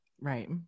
right